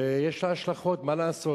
שיש לה השלכות, מה לעשות.